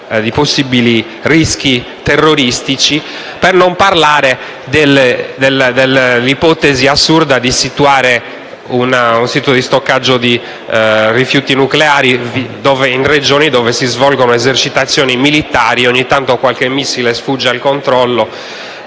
di possibili rischi terroristici. Per non parlare dell'ipotesi assurda di situare uno stoccaggio di rifiuti nucleari in Regioni in cui si svolgono esercitazioni militari, dove ogni tanto qualche missile sfugge al controllo